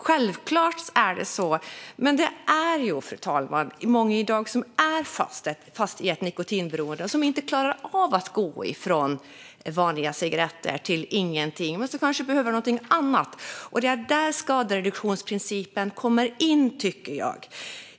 Självklart är det så, men många är i dag fast i ett nikotinberoende och klarar inte av att gå från vanliga cigaretter till ingenting utan behöver något annat. Det är här skadereduktionsprincipen kommer in.